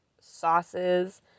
sauces